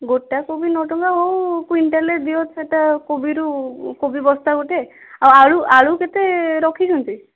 ଗୋଟା କୋବି ନଅ ଟଙ୍କା ହଉ କୁଇଣ୍ଟାଲ ଦିଅ ସେଇଟା କୋବିରୁ କୋବି ବସ୍ତା ଗୋଟେ ଆଉ ଆଳୁ ଆଳୁ କେତେ ରଖିଛନ୍ତି